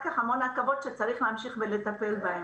כך הרבה עכבות שצריך להמשיך ולטפל בהן.